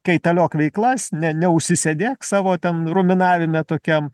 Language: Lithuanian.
kaitaliok veiklas ne neužsisėdėk savo ten ruminavime tokiam